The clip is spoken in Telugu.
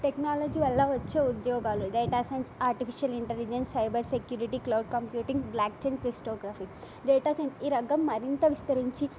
టెక్నాలజీ వల్ల వచ్చే ఉద్యగాలు data science artificial intelligence cyber security cloud computing blockchain cryptography data science ఈ రంగం మరింత విస్తరించి